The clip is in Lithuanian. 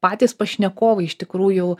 patys pašnekovai iš tikrųjų